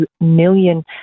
million